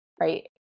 right